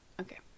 Okay